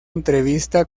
entrevista